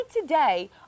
today